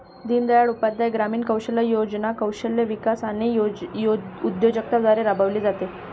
दीनदयाळ उपाध्याय ग्रामीण कौशल्य योजना कौशल्य विकास आणि उद्योजकता द्वारे राबविली जाते